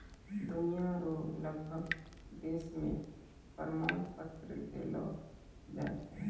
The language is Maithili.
दुनिया रो लगभग देश मे प्रमाण पत्र देलो जाय छै